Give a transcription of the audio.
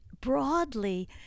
broadly